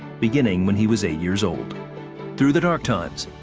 beginning when he was eight years old through the dark times.